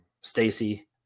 Stacy